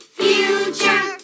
future